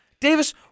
Davis